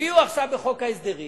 הביאו עכשיו בחוק ההסדרים,